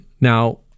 now